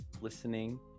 listening